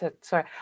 Sorry